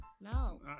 No